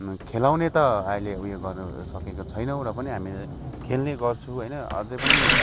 खेलाउने त अहिले उयो गर्नु सकेका छैनौँ र पनि हामी खेल्ने गर्छु होइन अझै पनि